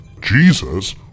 Jesus